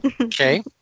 Okay